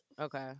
okay